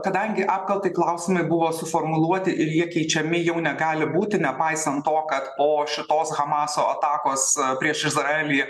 kadangi apkaltai klausimai buvo suformuluoti ir jie keičiami jau negali būti nepaisant to kad po šitos hamaso atakos prieš izraelį